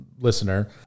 listener